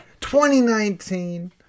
2019